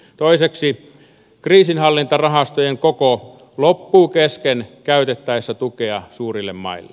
toiseksi kriisinhallintarahastojen koko loppuu kesken käytettäessä tukea suurille maille